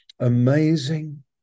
amazing